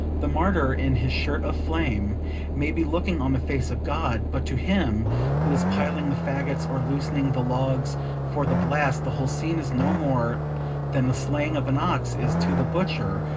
the martyr in his shirt of flame may be looking on the face of god, but to him who is piling the faggots or loosening the logs for the blast the whole scene is no more than the slaying of an ox is to the butcher,